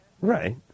Right